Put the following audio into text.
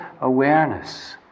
awareness